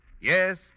Yes